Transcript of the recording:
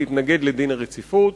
להתנגד לדין רציפות.